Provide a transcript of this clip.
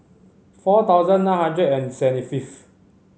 four thousand nine hundred and seventy fifth